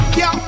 yo